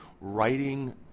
writing